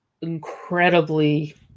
incredibly